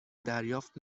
دریافت